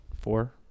Four